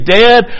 dead